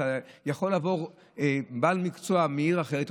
יכול לעבור בעל מקצוע מעיר אחרת,